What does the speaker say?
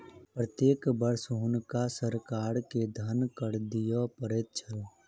प्रत्येक वर्ष हुनका सरकार के धन कर दिअ पड़ैत छल